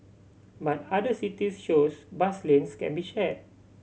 but other cities shows bus lanes can be shared